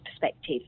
perspective